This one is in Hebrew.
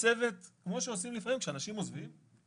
ואנחנו פותחים את הבוקר בדיון שהוא דיון חשוב,